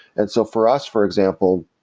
and so for us for example,